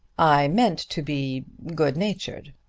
i meant to be goodnatured.